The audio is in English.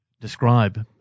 describe